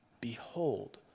behold